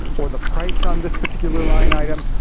or the price on this particular line item,